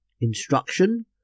instruction